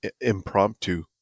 impromptu